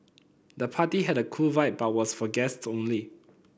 the party had a cool vibe but was for guest only